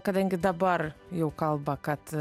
kadangi dabar jau kalba kad